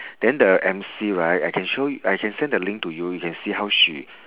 then the emcee right I can show yo~ I can send the link to you you can see how she